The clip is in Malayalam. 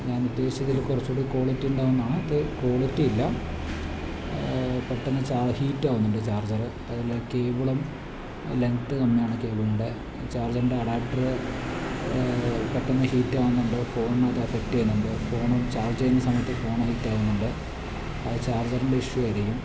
ഞാൻ ഉദ്ദേശിച്ചത് ഇതിലും കുറച്ചുംകൂടി ക്വാളിറ്റി ഉണ്ടാവും എന്നാണ് ഇത് ക്വാളിറ്റി ഇല്ലാ പെട്ടന്ന് ചാർ ഹീറ്റാവുന്നുണ്ട് ചാർജറ് അതുപോലെ തന്നെ കേബിളും ലെങ്ത് കമ്മിയാണ് കേബിളിൻ്റെ ചാർജറിൻ്റെ അഡാപ്റ്ററ് പെട്ടന്ന് ഹീറ്റാവുന്നുണ്ട് ഫോൺ മൊത്തം എഫക്റ്റെയ്യുന്നുണ്ട് ഫോണും ചാർജെയ്യുന്ന സമയത്ത് ഫോണും ഹീറ്റാവുന്നുണ്ട് അത് ചാർജറിൻ്റെ ഇഷ്യൂ ആയിരിക്കും